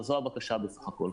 אז זו הבקשה בסך הכול.